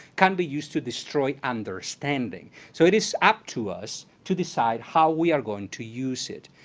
can be used to destroy understanding. so it is up to us to decide how we are going to use it.